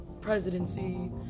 presidency